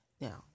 Now